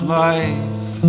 life